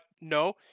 No